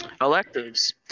electives